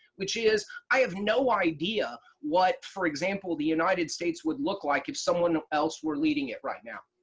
which is, i have no idea what for example the united states would look like if someone else were leading it right now,